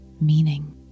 meaning